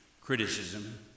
criticism